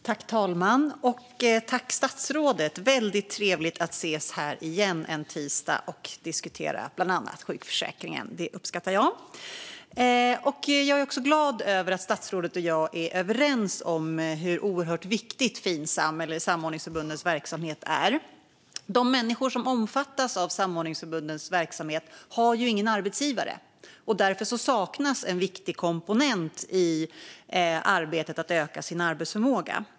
Fru talman! Det är väldigt trevligt att ses här igen, statsrådet, en tisdag och diskutera bland annat sjukförsäkringen. Det uppskattar jag. Jag är också glad över att statsrådet och jag är överens om hur oerhört viktig Finsams eller samordningsförbundens verksamhet är. De människor som omfattas av samordningsförbundens verksamhet har ingen arbetsgivare. Därför saknas en viktig komponent i arbetet med att öka deras arbetsförmåga.